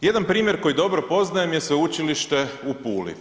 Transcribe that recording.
Jedan primjer koji dobro poznajem je Sveučilište u Puli.